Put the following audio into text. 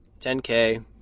10K